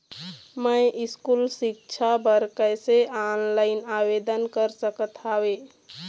मैं स्कूल सिक्छा बर कैसे ऑनलाइन आवेदन कर सकत हावे?